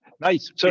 Nice